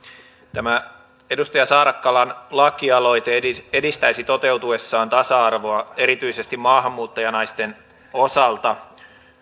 tämä edustaja saarakkalan lakialoite edistäisi toteutuessaan tasa arvoa erityisesti maahanmuuttajanaisten osalta